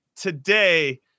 today